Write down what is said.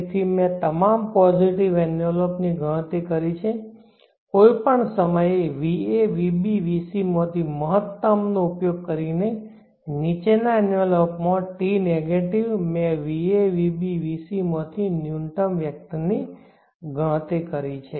તેથી મેં તમામ પોઝિટિવ એન્વેલોપ ની ગણતરી કરી છે કોઈપણ સમયે va vb vc માંથી મહત્તમ નો ઉપયોગ કરીને નીચેના એન્વેલોપ માં t નેગેટિવ મેં va vb vc માંથી ન્યુનતમ વેક્ટરની ગણતરી કરી છે